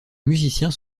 musiciens